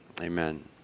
Amen